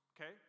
Okay